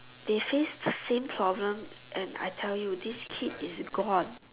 they face the same problem and I tell you this kid is gone